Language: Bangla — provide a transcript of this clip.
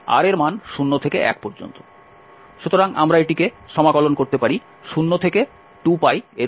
সুতরাং আমরা এটিকে সমাকলন করতে পারি 0 থেকে 2π এর উপরে